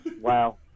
Wow